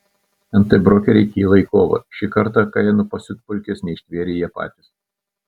nt brokeriai kyla į kovą šį kartą kainų pasiutpolkės neištvėrė jie patys